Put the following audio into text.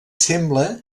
sembla